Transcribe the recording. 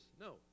no